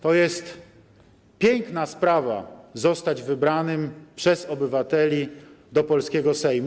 To jest piękna sprawa zostać wybranym przez obywateli do polskiego Sejmu.